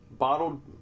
bottled